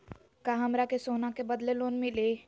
का हमरा के सोना के बदले लोन मिलि?